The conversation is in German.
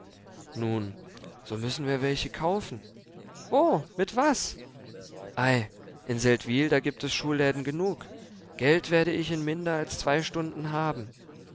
nun so müssen wir welche kaufen wo mit was ei in seldwyl da gibt es schuhläden genug geld werde ich in minder als zwei stunden haben